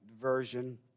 Version